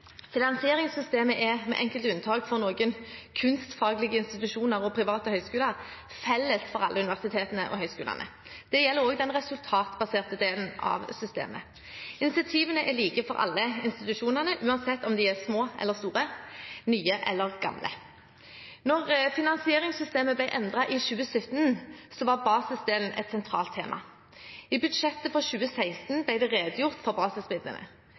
Finansieringssystemet er – med enkelte unntak for noen kunstfaglige institusjoner og private høyskoler – felles for alle universitetene og høyskolene. Det gjelder også den resultatbaserte delen av systemet. Incentivene er like for alle institusjonene, uansett om de er små eller store, nye eller gamle. Da finansieringssystemet ble endret i 2017, var basisdelen et sentralt tema. I budsjettet for 2016 ble det redegjort for basismidlene.